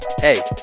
Hey